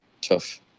tough